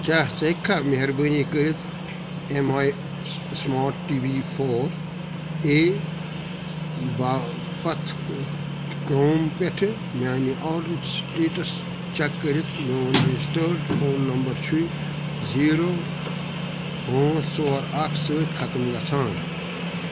کیٛاہ ژٕ ہیٚککھا مہربٲنی کٔرِتھ M I smart TV four A باپتھ کرٛوم پؠٹھٕ میٛانہِ آرڈرٕچ سٕٹیٹَس چَک کٔرِتھ میون رَجِسٹٲڈ فون نمبر چھُے زیٖرو پانٛژھ ژور اکھ سۭتۍ ختم گژھان